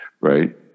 right